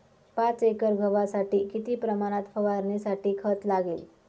पाच एकर गव्हासाठी किती प्रमाणात फवारणीसाठी खत लागेल?